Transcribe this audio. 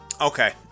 Okay